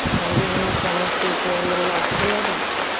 bend your knees generously here. little love for the low back.